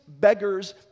beggars